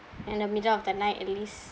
in the middle of the night at least